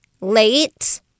late